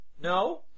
No